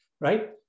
right